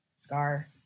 Scar